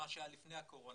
למה שהיה לפני הקורונה.